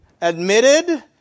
admitted